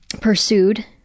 pursued